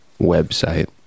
website